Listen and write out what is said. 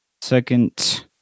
Second